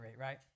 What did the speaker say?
right